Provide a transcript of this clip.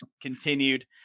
continued